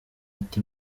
ati